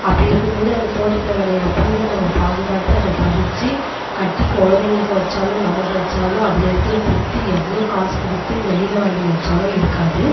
அப்படி இருக்கும் போது அந்த தோட்டத்தில் விளையிற பூவை நம்ம பாதுகாத்து அதை பறித்து கட்டி கொழந்தைங்களுக்கு வச்சாலும் நமக்கு வச்சாலும் அதில் இருக்கிற திருப்தி எவ்வளோ காசு கொடுத்து வெளியில் வாங்கி வச்சாலும் இருக்காது